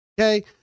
Okay